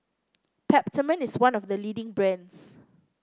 Peptamen is one of the leading brands